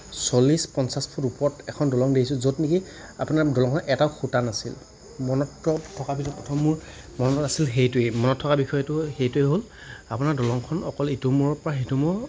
চল্লিছ পঞ্চাছ ফুট ওপৰত এখন দলং দেখিছোঁ য'ত নেকি আপোনাৰ দলঙখনত এটাও খুটা নাছিল মনত থকা বিলাকৰ প্ৰথম মোৰ মনত আছিল সেইটোৱে মনত থকা বিষয়টো সেইটোৱে হ'ল আপোনাৰ দলংখন অকল ইটো মূৰৰ পৰা সিটো মূৰ